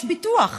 לפחות יש ביטוח,